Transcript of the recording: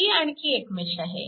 ही आणखी एक मेश आहे